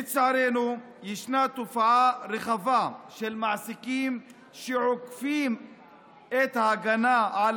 לצערנו יש תופעה רחבה של מעסיקים שעוקפים את ההגנה על